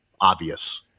obvious